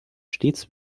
stets